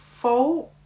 fault